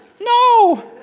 no